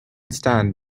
stand